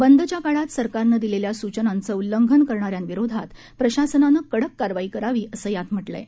बंदच्या काळात सरकारनं दिलेल्या सुचनांचं उल्लंघन करणाऱ्यांविरोधात प्रशासनानं कडक कारवाई करावी असं यात म्हटलं आहे